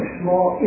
small